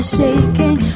shaking